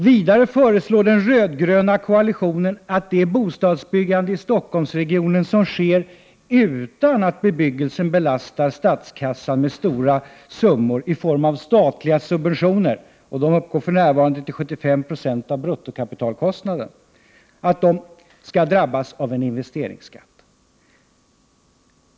Vidare föreslår den röd-gröna koalitionen att det bostadsbyggande i Stockholmsregionen som sker utan att bebyggelsen belastar statskassan med stora summor i form av statliga subventioner — för närvarande uppgående till ca 75 Yo av bruttokapitalkostnaden — skall drabbas av investeringsskatt.